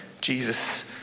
Jesus